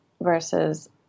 versus